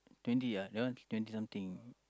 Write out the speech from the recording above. twenty ah that one twenty something